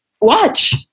watch